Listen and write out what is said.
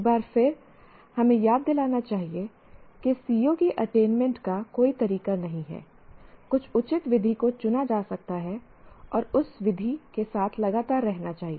एक बार फिर हमें याद दिलाना चाहिए कि COs की अटेनमेंट का कोई तरीका नहीं है कुछ उचित विधि को चुना जा सकता है और उस विधि के साथ लगातार रहना चाहिए